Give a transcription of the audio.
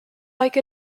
like